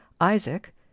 isaac